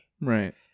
Right